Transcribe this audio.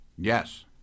Yes